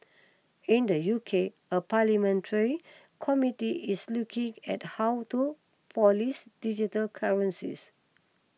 in the U K a parliamentary committee is looking at how to police digital currencies